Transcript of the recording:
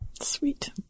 Sweet